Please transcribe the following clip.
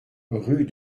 rue